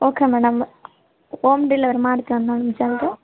okay madam home delivery ಮಾಡ್ತೀವಿ